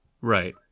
Right